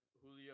Julio